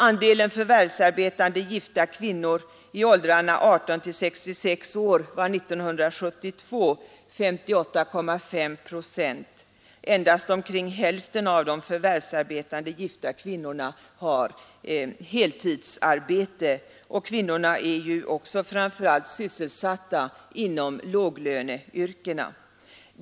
Andelen förvärvsarbetande gifta kvinnor i åldrarna 18—66 år uppgick 1972 till 58,5 procent. Endast omkring hälften av de förvärvsarbetande gifta kvinnorna hade heltidsarbete, och kvinnorna är ju också framför allt sysselsatta inom låglöneyrkena.